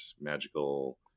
magical